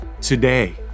today